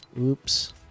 oops